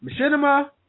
Machinima